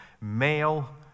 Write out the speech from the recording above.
Male